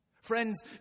Friends